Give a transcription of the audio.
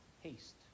haste